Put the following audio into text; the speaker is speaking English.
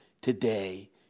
today